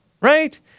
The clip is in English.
right